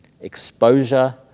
exposure